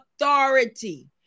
authority